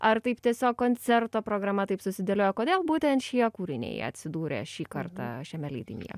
ar taip tiesiog koncerto programa taip susidėliojo kodėl būtent šie kūriniai atsidūrė šį kartą šiame leidinyje